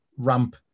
ramp